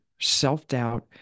self-doubt